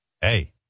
Hey